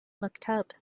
maktub